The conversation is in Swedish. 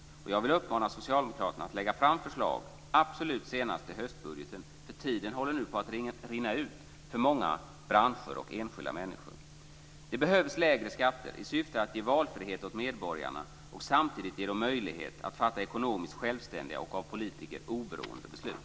Jag vill uppmana Socialdemokraterna att lägga fram förslag absolut senast i höstbudgeten, för tiden håller nu på att rinna ut för många branscher och för enskilda människor. Det behövs lägre skatter i syfte att ge valfrihet åt medborgarna och samtidigt ge dem möjlighet att fatta ekonomiskt självständiga och av politiker oberoende beslut.